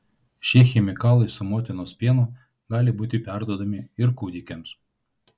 šie chemikalai su motinos pienu gali būti perduodami ir kūdikiams